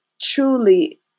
truly